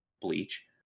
bleach